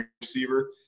receiver